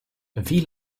wie